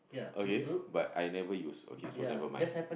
okay but I never use okay so never mind